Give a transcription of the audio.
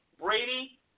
Brady